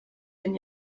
den